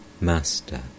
Master